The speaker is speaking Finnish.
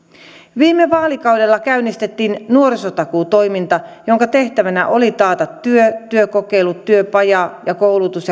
viime vaalikaudella käynnistettiin nuorisotakuutoiminta jonka tehtävänä oli taata työ työkokeilu työpaja koulutus